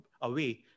away